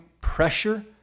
pressure